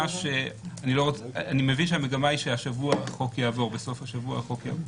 אני מבין שהמגמה היא שבסוף השבוע החוק יעבור.